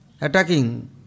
attacking